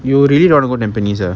you really don't wanna go tampines ah